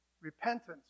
Repentance